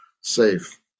safe